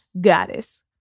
goddess